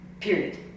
Period